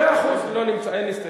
מאה אחוז, לא נמצא, אין הסתייגות.